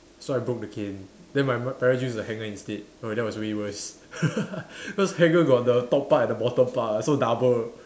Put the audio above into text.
so I broke the cane then my m~ parents used the hanger instead oh that was way worse cause hanger got the top part and the bottom part ah so double